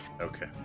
Okay